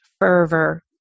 fervor